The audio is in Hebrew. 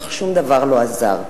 אך שום דבר לא עזר.